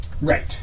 Right